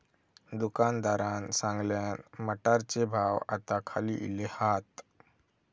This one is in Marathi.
दुकानदारान सांगल्यान, मटारचे भाव आता खाली इले हात